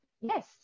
yes